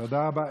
תודה רבה.